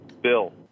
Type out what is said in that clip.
Bill